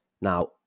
Now